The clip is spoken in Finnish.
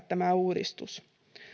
tämä uudistus